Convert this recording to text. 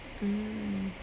mm